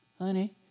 Honey